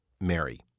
Mary